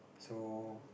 so